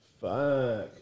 Fuck